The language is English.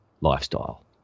lifestyle